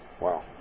Wow